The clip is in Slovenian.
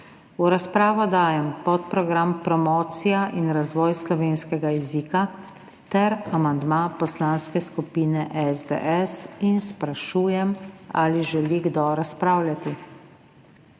V razpravo dajem podprogram Promocija in razvoj slovenskega jezika ter amandma Poslanske skupine SDS in sprašujem, ali želi kdo razpravljati.